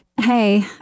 Hey